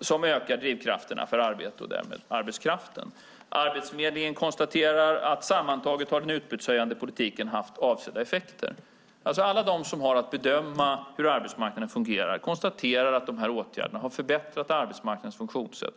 som ökar drivkrafterna för arbete och därmed arbetskraften. Arbetsförmedlingen konstaterar att sammantaget har den utbudshöjande politiken haft avsedda effekter. Alla de som har att bedöma hur arbetsmarknaden fungerar konstaterar att åtgärderna har förbättrat arbetsmarknadens funktionssätt.